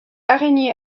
araignées